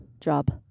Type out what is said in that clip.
job